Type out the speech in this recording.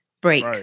break